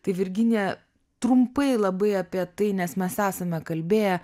tai virginija trumpai labai apie tai nes mes esame kalbėję